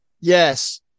Yes